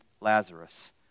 Lazarus